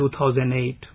2008